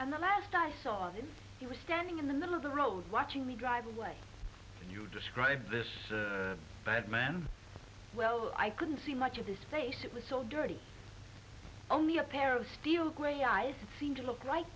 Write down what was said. and the last i saw of him he was standing in the middle of the road watching me drive away and you describe this bad man well i couldn't see much of his face it was still dirty only a pair of steel gray eyes seemed to look